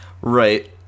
Right